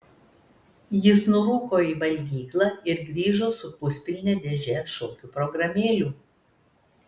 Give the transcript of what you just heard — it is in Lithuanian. jis nurūko į valgyklą ir grįžo su puspilne dėže šokių programėlių